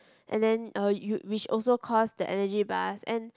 and then uh you which also cost the energy bars and